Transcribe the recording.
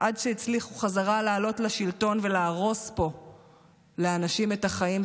עד שהצליחו לעלות חזרה לשלטון ולהרוס פה לאנשים את החיים,